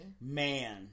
Man